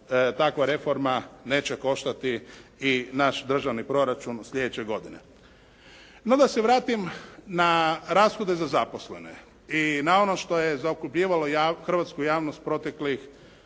takva reforma neće koštati i naš državni proračun sljedeće godine. No, da se vratim na rashode za zaposlene i na ono što je zaokupiralo hrvatsku javnost proteklih